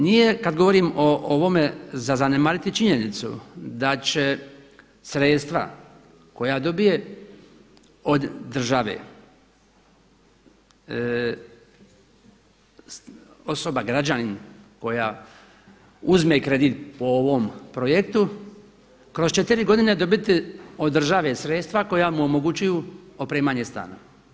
Nije kada govorim o ovome zanemariti činjenicu da će sredstva koja dobije od države osoba, građanin koja uzme kredit po ovom projektu kroz četiri godine dobiti od države sredstva koja mu omogućuju opremanje stana.